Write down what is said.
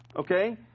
okay